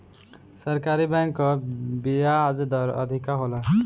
सरकारी बैंक कअ बियाज दर अधिका होला